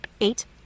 Eight